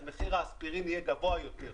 אז מחיר האספירין יהיה גבוה יותר,